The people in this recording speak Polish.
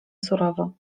surowo